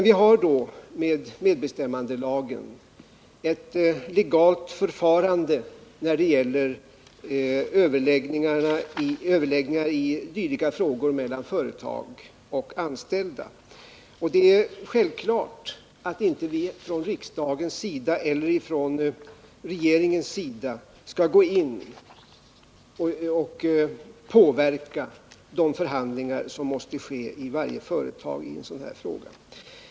I medbestämmandelagen fastställs det legala förfarandet när det gäller överläggningar i dylika frågor mellan företag och anställda. Det är självklart att riksdagen eller regeringen inte skall gå in och försöka påverka de förhandlingar som i en sådan här fråga måste ske i varje enskilt företag.